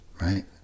right